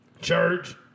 church